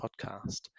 podcast